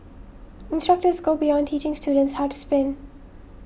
instructors go beyond teaching students how to spin